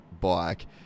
bike